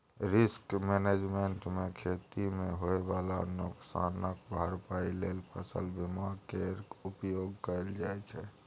risk management मे खेती मे होइ बला नोकसानक भरपाइ लेल फसल बीमा केर उपयोग कएल जाइ छै